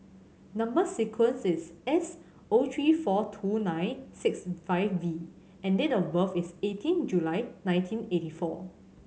number sequence is S O three four two nine six five V and date of birth is eighteen July nineteen eighty four